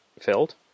filled